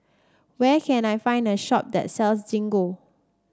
where can I find a shop that sells Gingko